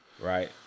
Right